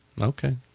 Okay